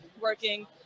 working